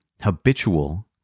habitual